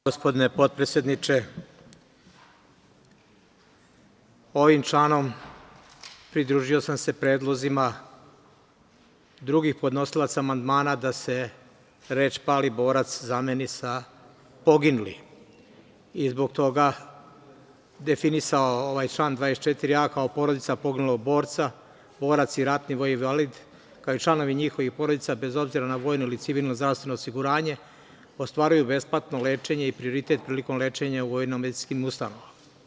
Gospodine potpredsedniče, ovim članom pridružio sam se predlozima drugih podnosilaca amandmana da se reč „pali borac“ zameni sa „poginuli“ i zbog toga definisao ovaj član 24a kao: „Porodica poginulog borca, borac i ratni vojni invalid, kao i članovi njihovih porodica, bez obzira na vojno ili civilno zdravstveno osiguranje ostvaruju besplatno lečenje i prioritet prilikom lečenja u vojnomedicinskim ustanovama“